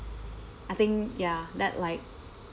I think ya that like